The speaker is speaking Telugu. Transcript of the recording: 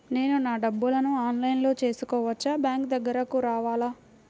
నేను నా డబ్బులను ఆన్లైన్లో చేసుకోవచ్చా? బ్యాంక్ దగ్గరకు రావాలా?